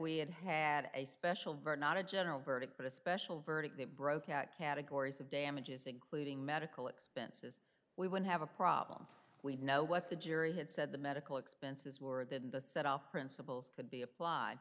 we had had a special birth not a general verdict but a special verdict that broke out categories of damages including medical expenses we would have a problem we know what the jury had said the medical expenses were that in the set off principles could be applied